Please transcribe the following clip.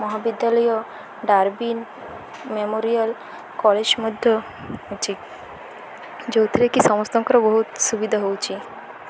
ମହାବିଦ୍ୟାଳୟ memorial college ମଧ୍ୟ ଅଛି ଯେଉଁଥିରେ କି ସମସ୍ତଙ୍କର ବହୁତ ସୁବିଧା ହେଉଛି